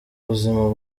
buzima